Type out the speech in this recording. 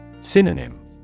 Synonym